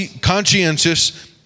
conscientious